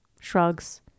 shrugs